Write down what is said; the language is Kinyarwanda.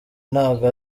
ntago